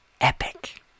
Epic